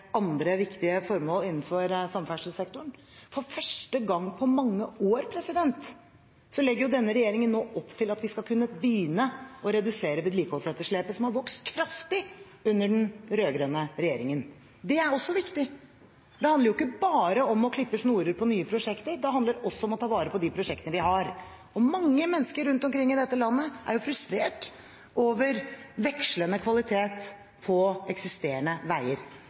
andre viktige formål innenfor samferdselssektoren. For første gang på mange år legger en regjering opp til at vi skal kunne begynne å redusere vedlikeholdsetterslepet som vokste kraftig under den rød-grønne regjeringen. Det er også viktig. Det handler ikke bare om å klippe snorer på nye prosjekter. Det handler også om å ta vare på de prosjektene vi har. Mange mennesker rundt omkring i dette landet er frustrert over vekslende kvalitet på eksisterende veier.